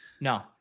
no